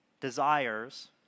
desires